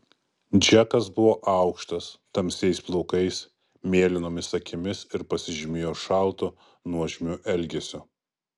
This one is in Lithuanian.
džekas buvo aukštas tamsiais plaukais mėlynomis akimis ir pasižymėjo šaltu nuožmiu elgesiu